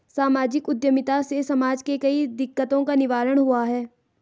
सामाजिक उद्यमिता से समाज के कई दिकक्तों का निवारण हुआ है